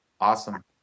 Awesome